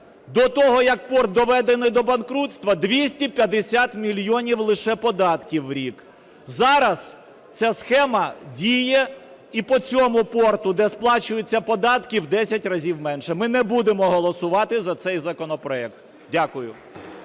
До того, як порт доведений до банкрутства, 250 мільйонів лише податків у рік. Зараз ця схема діє і по цьому порту, де сплачуються податки в 10 разів менше. Ми не будемо голосувати за цей законопроект. Дякую.